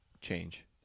change